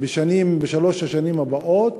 בשלוש השנים הבאות,